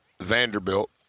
Vanderbilt